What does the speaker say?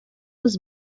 was